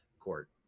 court